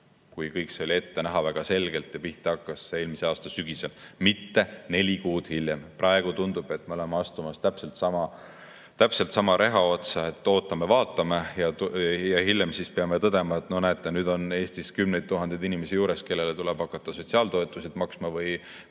kui kõik see oli juba väga selgelt ette näha. Pihta hakkas eelmise aasta sügisel, mitte neli kuud hiljem. Praegu tundub, et me oleme astumas täpselt sama reha otsa, et ootame-vaatame ja hiljem siis peame tõdema, et no näete, nüüd on Eestis juures kümneid tuhandeid inimesi, kellele tuleb hakata sotsiaaltoetusi maksma või